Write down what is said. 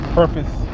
purpose